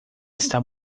está